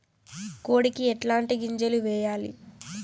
కోడికి ఎట్లాంటి గింజలు వేయాలి?